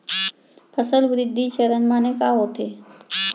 फसल वृद्धि चरण माने का होथे?